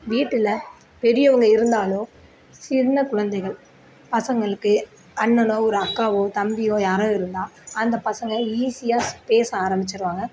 வீட்டில பெரியவங்க இருந்தாலும் சின்ன குழந்தைகள் பசங்களுக்கு அண்ணனோ ஒரு அக்காவோ தம்பியோ யாரோ இருந்தால் அந்த பசங்க ஈஸியாக பேச ஆரமிச்சிருவாங்க